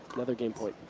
another game point.